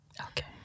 Okay